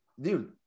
Dude